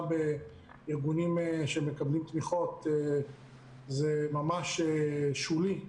בארגונים שמקבלים תמיכות הם ממש משהו שולי,